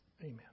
amen